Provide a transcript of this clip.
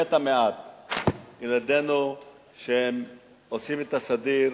באמת המעט, ילדינו שהם עושים את הסדיר,